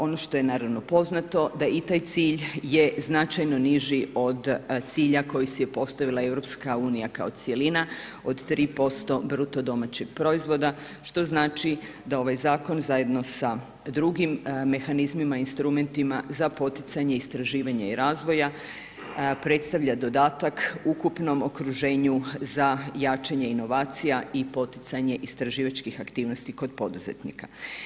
Ono što je naravno poznato, da i taj cilj je značajno niži od cilja koji si je postavila EU kao cjelina od 3% BDP-a što znači da ovaj zakon zajedno sa drugim mehanizmima, instrumentima, za poticanje istraživanja i razvoja, predstavlja dodataka ukupnom okruženju za jačanje inovacija i poticanje istraživačkih aktivnosti kod poduzetnika.